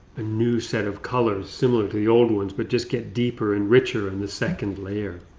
a new set of colors similar to the old ones but just get deeper and richer in the second layer.